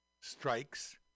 strikes